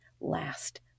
last